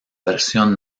versión